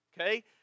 okay